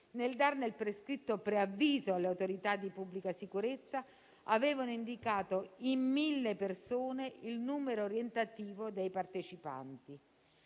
nel darne il prescritto preavviso alle autorità di pubblica sicurezza, avevano indicato in 1.000 persone il numero orientativo dei partecipanti.